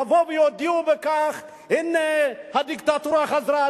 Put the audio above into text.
ויודיעו: הנה הדיקטטורה חזרה,